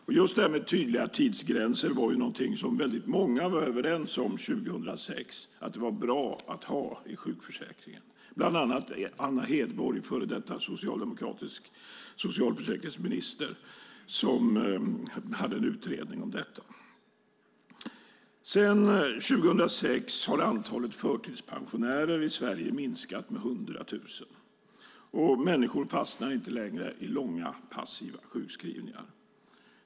Att det är bra att ha tydliga tidsgränser i sjukförsäkringen var många överens om 2006, bland andra Anna Hedborg, före detta socialdemokratisk socialförsäkringsminister som ledde en utredning om detta. Sedan 2006 har antalet förtidspensionärer i Sverige minskat med 100 000. Människor fastnar inte längre i långa passiva sjukskrivningar.